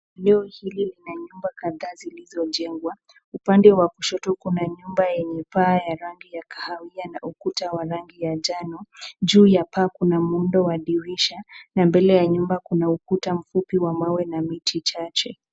Eneo hili lina nyumba kadhaa zilizojengwa, upande wa kushoto kuna nyumba ya paa la rangi kahawia na ukuwa wa rangi ya njano juu ya paa kuna muundo wa dirisha na mbele ya nyumba kuna ukuta mfupi wa mawe na miti chache.